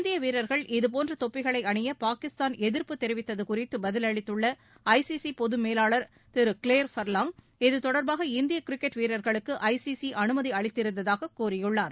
இந்திய வீரர்கள் இதுபோன்ற தொப்பிகளை அணிய பாகிஸ்தான் எதிர்ப்பு தெரிவித்தது குறித்து பதிலளித்துள்ள மேலாளர் ஐசிசி பொகி திரு க்ளேர் ஃபர்லாங் இத்தொடர்பாக இந்திய கிரிக்கெட் வீரர்களுக்கு ஐசிசி அனுமதி அளித்திருந்ததாகக் கூறியுள்ளார்